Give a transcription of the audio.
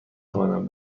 توانم